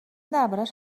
دربارش